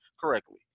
correctly